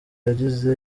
yagiye